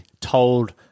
told